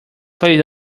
played